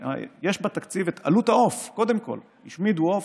יש בתקציב את עלות העוף קודם כול: השמידו עוף,